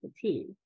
fatigue